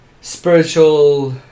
spiritual